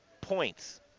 points